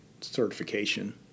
certification